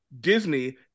Disney